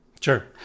Sure